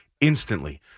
instantly